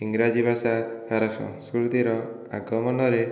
ଇଂରାଜୀ ଭାଷା ତାର ସଂସ୍କୃତିର ଆଗମନରେ